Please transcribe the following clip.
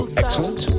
excellent